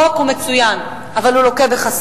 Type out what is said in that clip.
החוק הוא מצוין, אבל הוא לוקה בחסר.